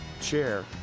chair